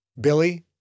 Billy